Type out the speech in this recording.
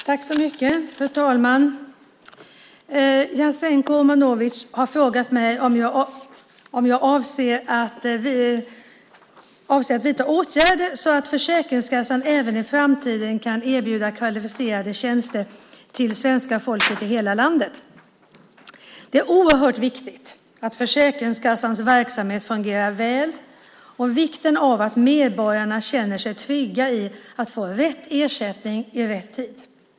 Fru talman! Jasenko Omanovic har frågat mig om jag avser att vidta åtgärder så att Försäkringskassan även i framtiden kan erbjuda kvalificerade tjänster till svenska folket i hela landet. Det är oerhört viktigt att Försäkringskassans verksamhet fungerar väl och att medborgarna känner sig trygga i att de får rätt ersättning i rätt tid.